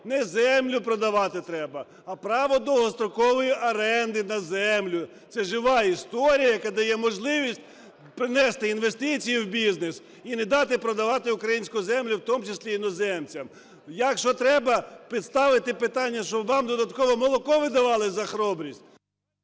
Не землю продавати треба, а право довгострокової оренди на землю. Це жива історія, яка дає можливість принести інвестиції в бізнес і не дати продавати українську землю, в тому числі іноземцям. Якщо треба поставити питання, щоб вам додатково молоко видавали за хоробрість…